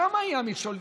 שם יהיה המכשול.